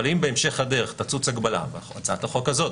אבל אם בהמשך הדרך תצוץ הגבלה בהצעת החוק הזאת,